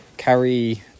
carry